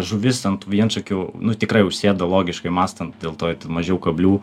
žuvis ant vienšakių nu tikrai užsėda logiškai mąstant dėl to mažiau kablių